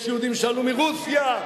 יש יהודים שעלו מרוסיה,